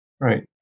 Right